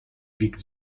wiegt